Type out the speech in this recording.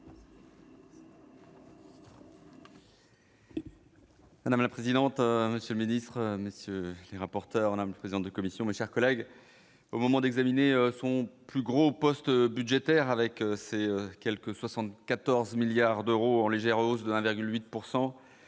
Madame la présidente, monsieur le ministre, monsieur, les rapporteurs, madame la présidente de commission, mes chers collègues, au moment d'examiner son plus gros postes budgétaires, avec ses quelque 74 milliards d'euros en légère hausse de 1,8